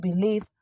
believe